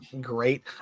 great